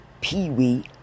peewee